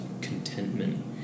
contentment